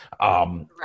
Right